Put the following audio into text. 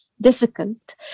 difficult